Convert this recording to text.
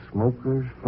Smoker's